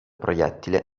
proiettile